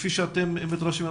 כפי שאתם מתרשמים,